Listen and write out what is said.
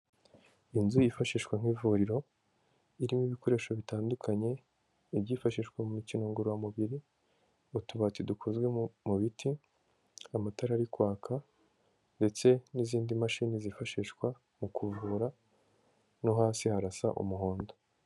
Inzu yifashishwa nk'ivuriro, irimo ibikoresho bitandukanye, ibyifashishwa mu mikino ngororamubiri, utubati dukozwe mu biti, amatara ari kwaka ndetse n'izindi mashini zifashishwa mu kuvura no hasi harasa umuhondo.